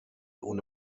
ohne